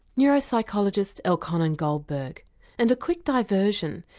neuropsychologist elkhonon goldberg and a quick diversion,